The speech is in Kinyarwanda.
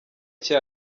nshya